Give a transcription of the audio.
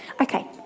Okay